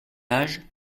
age